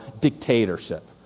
dictatorship